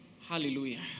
Hallelujah